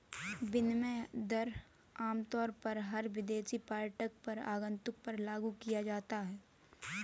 विनिमय दर आमतौर पर हर विदेशी पर्यटक या आगन्तुक पर लागू किया जाता है